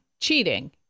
Cheating